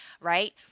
right